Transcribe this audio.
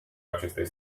acestei